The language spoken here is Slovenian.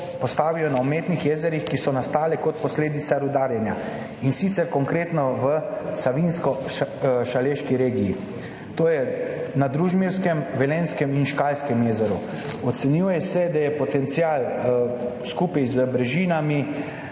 na umetnih jezerih, ki so nastala kot posledica rudarjenja, in sicer konkretno v Savinjsko-Šaleški regiji, to je na Družmirskem, Velenjskem in Škalskem jezeru. Ocenjuje se, da je potencial skupaj z brežinami